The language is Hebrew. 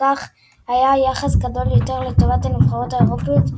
וכן היה יחס גדול יותר לטובת הנבחרות האירופיות,